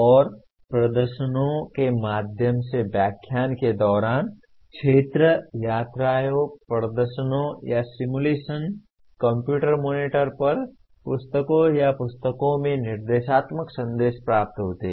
और प्रदर्शनों के माध्यम से व्याख्यान के दौरान क्षेत्र यात्राओं प्रदर्शनों या सिमुलेशन कंप्यूटर मॉनिटर पर पुस्तकों या पुस्तकोंमें निर्देशात्मक संदेश प्राप्त होते हैं